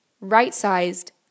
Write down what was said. right-sized